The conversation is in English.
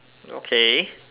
okay